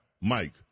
Mike